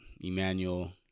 Emmanuel